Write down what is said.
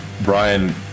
Brian